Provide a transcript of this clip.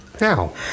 now